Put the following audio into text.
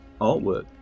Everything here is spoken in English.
Artwork